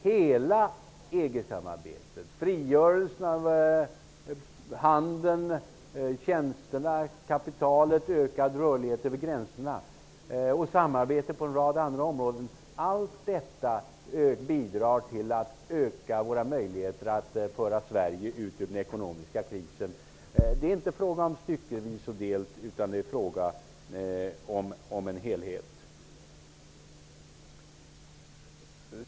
Hela EG samarbetet -- frigörelsen av handeln, tjänsterna, kapitalet och ökad rörlighet över gränserna samt samarbetet på en rad andra områden -- bidrar till att öka möjligheterna att föra Sverige ut ur den ekonomiska krisen. Det är inte fråga om ''styckevis och delt'', utan det är fråga om en helhet.